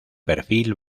perfil